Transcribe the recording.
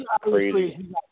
crazy